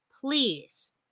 please